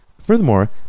Furthermore